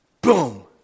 Boom